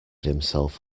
himself